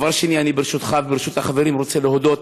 דבר שני, ברשותך וברשות החברים, אני רוצה להודות